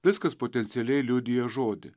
viskas potencialiai liudija žodį